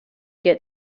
get